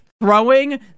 throwing